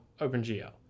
OpenGL